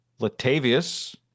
Latavius